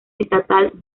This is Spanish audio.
estatal